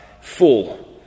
full